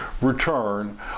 return